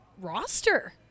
roster